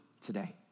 today